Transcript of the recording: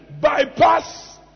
bypass